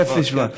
בכיף אני אשמע.